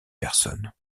personne